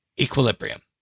Equilibrium